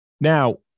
Now